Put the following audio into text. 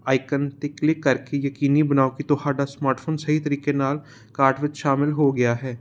icon 'ਤੇ click ਕਰਕੇ ਯਕੀਨੀ ਬਣਾਓ ਕਿ ਤੁਹਾਡਾ ਸਮਾਟਫੋਨ ਸਹੀ ਤਰੀਕੇ ਨਾਲ ਕਾਰਟ ਵਿੱਚ ਸ਼ਾਮਲ ਹੋ ਗਿਆ ਹੈ